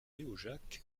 léojac